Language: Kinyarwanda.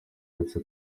uretse